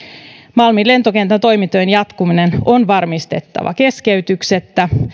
malmin lentokentän toimintojen jatkuminen on varmistettava keskeytyksettä